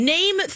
Name